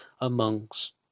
amongst